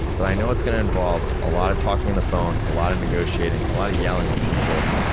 but i know it's gonna involve a lot of talking on the phone, a lot of negotiating, a lot of yelling at people,